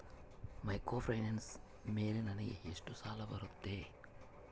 Microfinance ಮೇಲೆ ನನಗೆ ಎಷ್ಟು ಸಾಲ ಬರುತ್ತೆ?